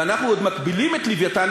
ואנחנו עוד מגבילים את "לווייתן",